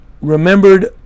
remembered